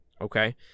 okay